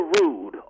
rude